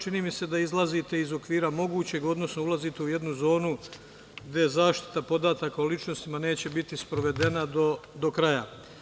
Čini mi se da izlazite iz okvira mogućeg, odnosno ulazite u jednu zonu gde zaštita podataka o ličnostima neće biti sprovedena do kraja.